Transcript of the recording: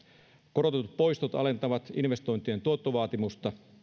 korotetut poistot alentavat investointien tuottovaatimusta